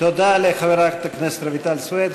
תודה לחברת הכנסת רויטל סויד.